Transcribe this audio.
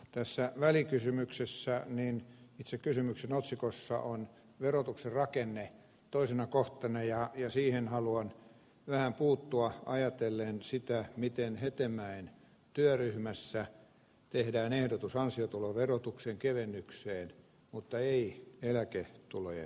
tässä välikysymyksessä itse kysymyksen otsikossa on verotuksen rakenne toisena kohtana ja siihen haluan vähän puuttua ajatellen sitä miten hetemäen työryhmässä tehdään ehdotus ansiotuloverotuksen kevennykseen mutta ei eläketulojen verotukseen